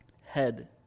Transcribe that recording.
head